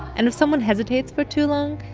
and if someone hesitates for too long,